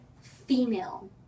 female